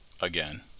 again